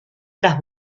tras